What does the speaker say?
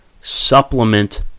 supplement